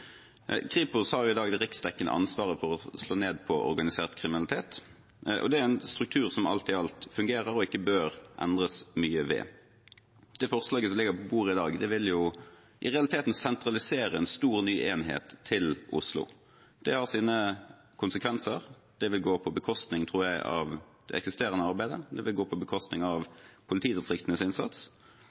Kripos har i dag det riksdekkende ansvaret for å slå ned på organisert kriminalitet, og det er en struktur som alt i alt fungerer og ikke bør endres mye ved. Det forslaget som ligger på bordet i dag, vil i realiteten sentralisere en stor ny enhet til Oslo. Det har sine konsekvenser. Jeg tror det vil gå på bekostning av det eksisterende arbeidet, og det vil gå på bekostning av politidistriktenes innsats.